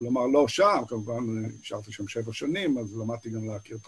לומר, לא שם, כמובן, שרתי שם שבע שנים, אז למדתי גם להכיר את ה...